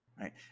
Right